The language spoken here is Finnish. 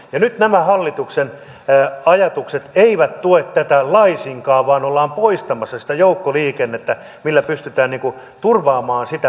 ja nyt nämä hallituksen ajatukset eivät tue tätä laisinkaan vaan ollaan poistamassa sitä joukkoliikennettä millä pystytään turvaamaan sitä vähempipäästöistä liikennettä